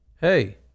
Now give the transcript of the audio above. Hey